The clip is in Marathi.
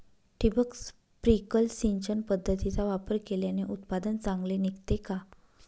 ठिबक, स्प्रिंकल सिंचन पद्धतीचा वापर केल्याने उत्पादन चांगले निघते का?